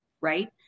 right